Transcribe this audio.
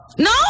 No